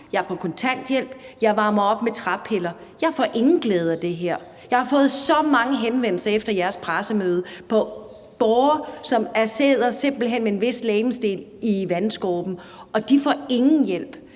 jeg er på kontanthjælp, jeg varmer op med træpiller, og jeg får ingen glæde af det her. Jeg har fået så mange henvendelser efter jeres pressemøde fra borgere, som simpelt hen sidder med en vis legemsdel i vandskorpen, og de får ingen hjælp.